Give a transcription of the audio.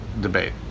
debate